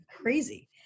crazy